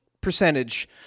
percentage